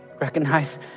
Recognize